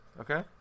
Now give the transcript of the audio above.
okay